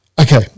Okay